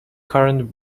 current